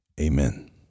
Amen